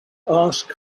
ask